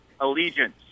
Allegiance